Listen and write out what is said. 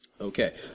Okay